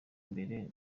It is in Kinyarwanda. imbere